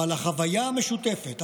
אבל החוויה המשותפת,